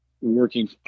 working